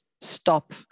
stop